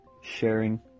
sharing